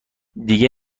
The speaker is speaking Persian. دیگه